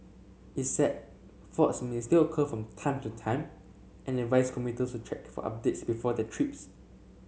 it said faults may still occur from time to time and advised commuters to check for updates before their trips